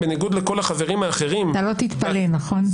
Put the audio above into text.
אתה לא תתפלא, נכון?